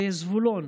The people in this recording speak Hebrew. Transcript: בזבולון,